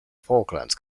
falklands